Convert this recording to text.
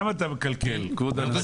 למה אתה מקלקל, כבוד הנשיא.